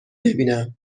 ببینم